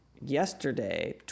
yesterday